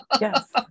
Yes